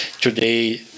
Today